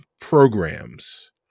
programs